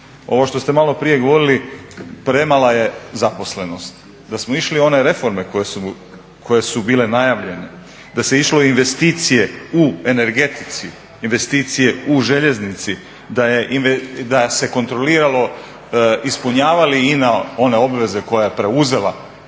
Ovo što ste maloprije govorili, premala je zaposlenost. Da smo išli u one reforme koje su bile najavljene, da se išlo u investicije u energetici, investicije u željeznici, da se kontroliralo ispunjava li INA one obveze koje je preuzela